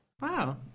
Wow